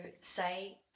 say